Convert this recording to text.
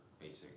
basic